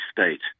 state